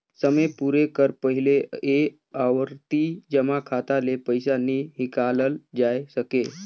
समे पुरे कर पहिले ए आवरती जमा खाता ले पइसा नी हिंकालल जाए सके